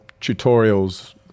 tutorials